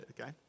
okay